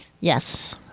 Yes